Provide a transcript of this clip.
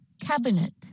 Cabinet